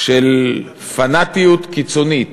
של פנאטיות קיצונית,